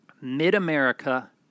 Mid-America